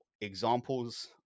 examples